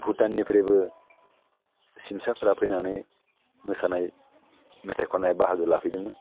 भुटाननिफ्रायबो सिमसाफोरा फैनानै मोसानाय मेथाइ खन्नाय बाहागो लाफैदोंमोन